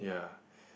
ya